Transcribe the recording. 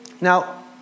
Now